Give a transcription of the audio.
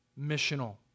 missional